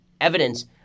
evidence